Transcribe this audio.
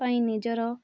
ପାଇଁ ନିଜର